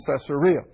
Caesarea